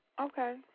Okay